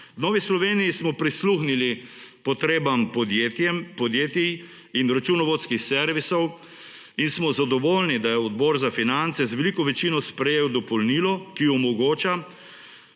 Novi Sloveniji smo prisluhnili potrebam podjetij in računovodskih servisov in smo zadovoljni, da je Odbor za finance z veliko večino sprejel dopolnilo, ki omogoča